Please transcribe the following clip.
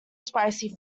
spicy